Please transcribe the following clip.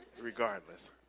Regardless